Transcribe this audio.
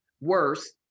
worse